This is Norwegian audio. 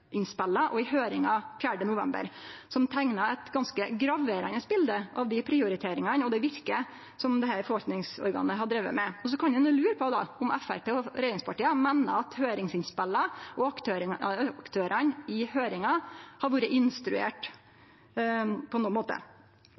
og i høyringa 4. november, som teiknar eit ganske graverande bilete av dei prioriteringane og det virket som dette forvaltningsorganet har drive med. Så kan ein lure på om Framstegspartiet og regjeringspartia meiner at høyringsinnspela og aktørane i høyringa har vore instruerte på nokon måte.